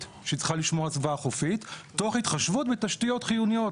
שהיא צריכה לשמור על הסביבה החופית תוך התחשבות בתשתיות חיוניות,